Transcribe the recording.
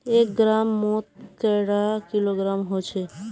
एक ग्राम मौत कैडा किलोग्राम होचे?